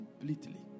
completely